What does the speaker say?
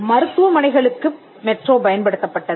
மருத்துவமனைகளுக்கு மெட்ரோ பயன்படுத்தப்பட்டது